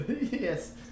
Yes